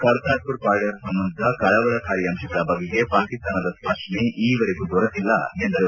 Kartarpur corridor ಸಂಬಂಧದ ಕಳವಳಕಾರಿ ಅಂಶಗಳ ಬಗೆಗೆ ಪಾಕಿಸ್ತಾನದ ಸ್ಪಷ್ಟನೆ ಈವರೆಗೂ ದೊರೆತಿಲ್ಲ ಎಂದರು